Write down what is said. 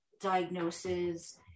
diagnoses